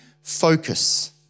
focus